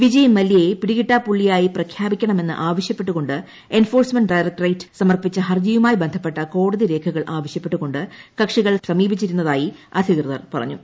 വിജയ് മല്യയെ പിടികിട്ടാപ്പുള്ളിയായി പ്രഖ്യാപിക്കണമെന്ന് ആവശ്യപ്പെട്ടുകൊണ്ട് എൻഫോഴ്സ്മെന്റ ഡയറക്ടറേറ്റ് സമർപ്പിച്ച ഹർജിയുമായി ബന്ധപ്പെട്ട കോടതി രേഖകൾ ആവശ്യപ്പെട്ടുകൊണ്ട് കക്ഷികൾ സമീപിച്ചിരുന്നതായി അധികൃതർ പറഞ്ഞു